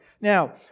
Now